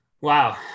wow